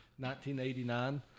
1989